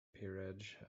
peerage